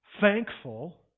thankful